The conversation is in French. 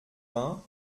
vingt